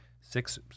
six